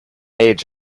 age